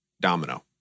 domino